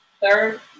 Third